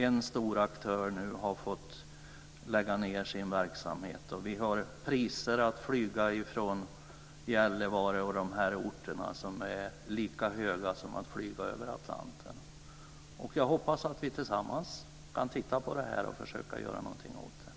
En stor aktör har nu fått lägga ned sin verksamhet. Vi har priser för att flyga från Gällivare och orterna däromkring som är lika höga som att flyga över Atlanten. Jag hoppas att vi tillsammans kan titta närmare på detta och försöka göra någonting åt det.